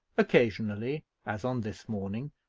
occasionally, as on this morning,